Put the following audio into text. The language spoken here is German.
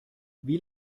wie